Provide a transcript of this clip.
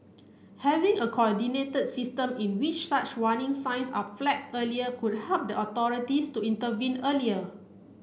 having a coordinated system in which such warning signs are flagged earlier could help the authorities to intervene earlier